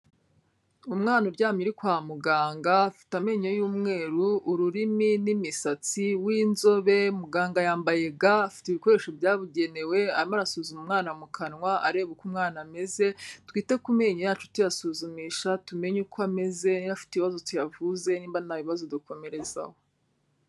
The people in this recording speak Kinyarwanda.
Umwana uryama uri kwa muganga afite amenyo y'umweru, ururimi n'imisatsi w'inzobe, muganga yambaye ga afite ibikoresho byabugenewe, arimo arasuzuma umwana mu kanwa areba uko umwana ameze, twite ku menyo yacu tuyasuzumisha tumenye uko ameze, niba afite ibibazo tuyavuze nimba nta bibazo dukomereze aho.